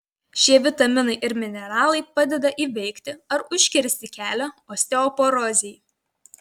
šie vitaminai ir mineralai padeda įveikti ar užkirsti kelią osteoporozei